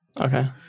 okay